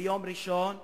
ביום ראשון ניסה,